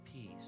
peace